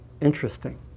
interesting